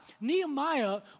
Nehemiah